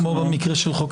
כמו במקרה של "חוק דרעי"?